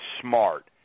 Smart